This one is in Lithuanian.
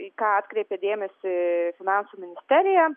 į ką atkreipė dėmesį finansų ministerija